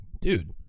dude